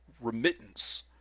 remittance